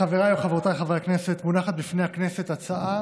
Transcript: חבריי וחברותיי חברי הכנסת, מונחת בפני הכנסת הצעה